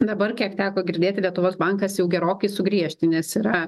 dabar kiek teko girdėti lietuvos bankas jau gerokai sugriežtinęs yra